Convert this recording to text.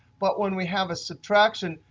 but when we have a subtraction,